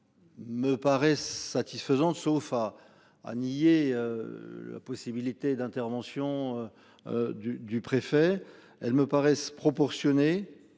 Me paraissent satisfaisantes sauf à à nier. La possibilité d'intervention. Du du préfet. Elle me paraissent proportionnées